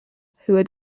had